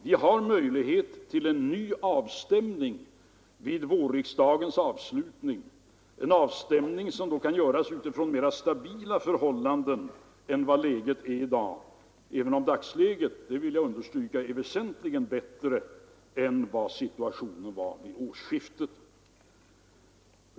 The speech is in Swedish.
Vi har möjlighet till en ny avstämning vid vårriksdagens avslutning, en avstämning som då kan göras utifrån mera stabila förhållanden än vi har i dag, även om läget i dag — det vill jag understryka — är väsentligt bättre än vad situationen var vid årsskiftet.